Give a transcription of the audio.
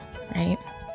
right